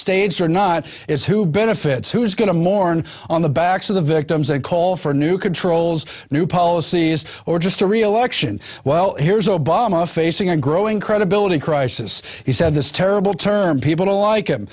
staged or not is who benefits who's going to mourn on the backs of the victims that call for new controls new policies or just a reelection well here's obama facing a growing credibility crisis he said this terrible term people like him